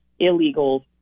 illegals